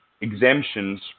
exemptions